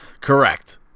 Correct